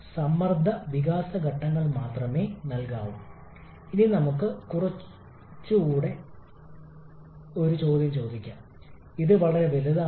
ഒരു കംപ്രസ്സറിനായി ഇൻപുട്ട് ആവശ്യകത ചെറുതും ചെറുതും ആയി നിലനിർത്തുക എന്നതാണ് നമ്മളുടെ ലക്ഷ്യം